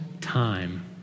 time